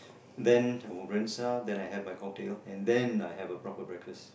then um rinse ah then I have my cocktail and then I have a proper breakfast